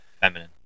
Feminine